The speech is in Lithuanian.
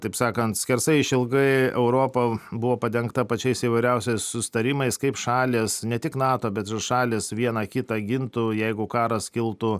taip sakant skersai išilgai europa buvo padengta pačiais įvairiausiais susitarimais kaip šalys ne tik nato bet ir šalys viena kitą gintų jeigu karas kiltų